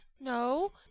No